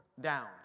down